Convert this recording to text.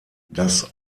das